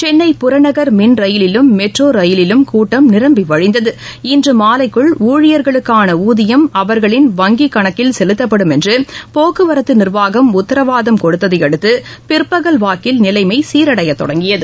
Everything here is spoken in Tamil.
சென்னை புறநகர் மின் ரயிலிலும் மெட்ரோ ரயிலிலும் கூட்டம் நிரம்பி வழிந்தது இன்று மாலைக்குள் ஊழியர்களுக்கான ஊதியம் அவர்களின் வங்கிக் கணக்கில் செலுத்தப்படும் என்று போக்குவரத்து நிர்வாகம் உத்தரவாதம் கொடுத்ததையடுத்து பிற்பகல் வாக்கில் நிலைமை சீரடைய தொடங்கியது